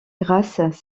grasses